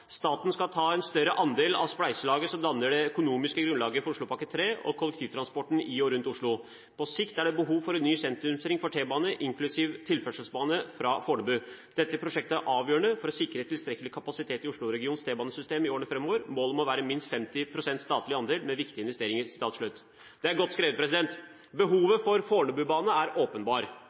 staten skal ta en større del av spleiselaget som danner det økonomiske grunnlaget for Oslopakke 3 og kollektivtransporten i og rundt Oslo. På sikt er det behov for en ny sentrumsring for T-bane inklusiv tilførselsbane fra Fornebu. Dette prosjektet er avgjørende for å sikre tilstrekkelig kapasitet i Osloregionens T-banesystem i årene fremover. Målet må være minst 50 pst. statlig andel ved viktige investeringer Det er godt skrevet. Behovet for Fornebubane er